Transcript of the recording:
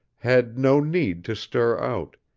had no need to stir out,